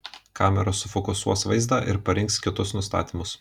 kamera sufokusuos vaizdą ir parinks kitus nustatymus